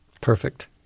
Perfect